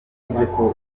kubigeraho